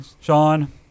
Sean